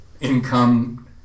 income